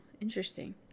interesting